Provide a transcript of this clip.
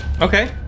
okay